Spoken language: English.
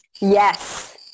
yes